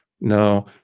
No